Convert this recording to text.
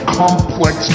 complex